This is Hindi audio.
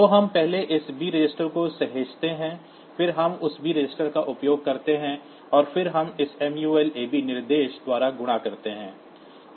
तो हम पहले इस b रजिस्टर को सहेजते हैं फिर हम उस b रजिस्टर का उपयोग करते हैं और फिर हम इस mul ab निर्देश द्वारा गुणा करते हैं